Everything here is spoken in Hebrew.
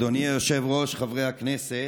אדוני היושב-ראש, חברי הכנסת,